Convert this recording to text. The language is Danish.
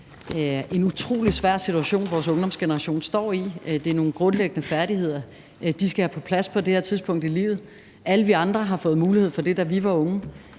en utrolig svær situation, vores ungdomsgeneration står i. Det er nogle grundlæggende færdigheder, de skal have på plads på det her tidspunkt i livet. Alle vi andre har fået mulighed for det, da vi var unge,